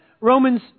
Romans